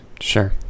Sure